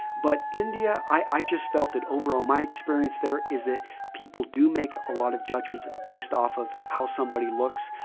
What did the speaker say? but india, i just felt that overall my experience there is that people do make a lot of judgments based off of how somebody looks.